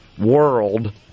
world